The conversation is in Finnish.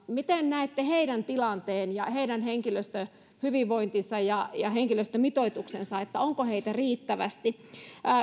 miten näette heidän tilanteensa ja heidän hyvinvointinsa ja ja henkilöstömitoituksensa onko heitä riittävästi